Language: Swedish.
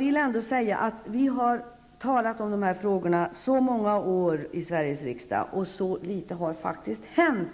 Vi har ändå talat om dessa frågor i så många år i Sveriges riksdag och väldigt litet har faktiskt hänt,